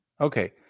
Okay